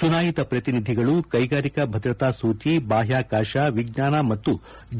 ಚುನಾಯಿತ ಪ್ರತಿನಿಧಿಗಳು ಕ್ವೆಗಾರಿಕಾ ಭದ್ರತಾ ಸೂಚಿ ಬಾಹ್ಯಾಕಾಶ ವಿಜ್ಞಾನ ಮತ್ತು